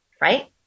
right